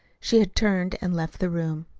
she had turned and left the room.